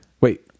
Wait